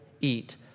eat